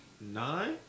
nine